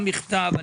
מכתב.